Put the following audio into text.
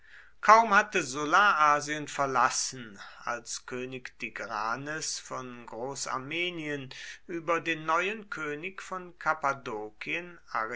kaum hatte sulla asien verlassen als könig tigranes von großarmenien über den neuen könig von